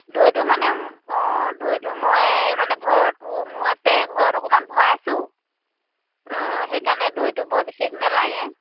দৈটো মানে অঁ দৈটো মই মানে ঘৰতো মোৰ আছে ঘৰত অকণমান ভৰাইছোঁ সেইকাৰণে দৈটো বৰ বিশেষ নালাগে